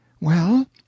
Well